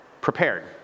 prepared